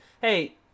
hey